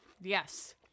Yes